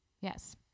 yes